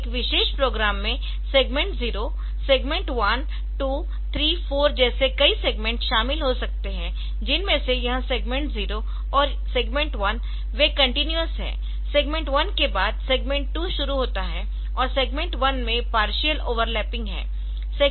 एक विशेष प्रोग्राम में सेगमेंट 0 सेगमेंट 1 2 3 4 जैसे कई सेगमेंट शामिल हो सकते है जिनमें से यह सेगमेंट 0 और सेगमेंट 1 है वे कंटीन्यूअस है सेगमेंट 1 के बाद सेगमेंट 2 शुरू होता है और सेगमेंट 1 में पार्शियल ओवरलैपिंग है